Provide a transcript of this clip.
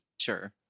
sure